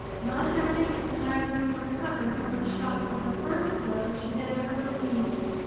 not having entirely recovered from the shock of the first blow she had ever received.